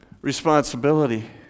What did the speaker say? responsibility